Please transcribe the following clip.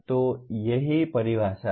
तो यही परिभाषा है